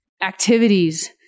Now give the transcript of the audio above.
Activities